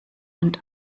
und